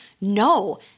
No